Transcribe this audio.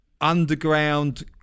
underground